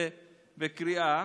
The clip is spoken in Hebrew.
בקריאה.